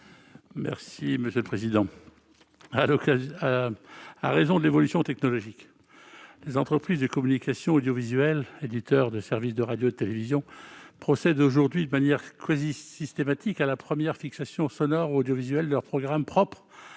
n° 7 rectifié. En raison de l'évolution technologique, les entreprises de communication audiovisuelle, comme les éditeurs de services de radio et de télévision, effectuent aujourd'hui, de manière quasi systématique, la première fixation sonore ou audiovisuelle de leurs programmes propres